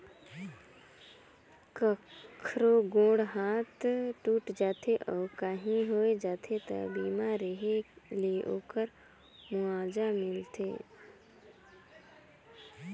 कखरो गोड़ हाथ टूट जाथे अउ काही होय जाथे त बीमा रेहे ले ओखर मुआवजा मिलथे